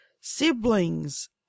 siblings